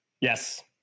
Yes